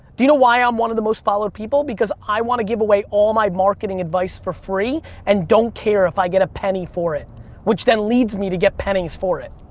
do you know why i'm one of the most followed people? because i want to give away all of my marketing advice for free, and don't care if i get a penny for it which then leads me to get pennies for it.